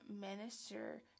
minister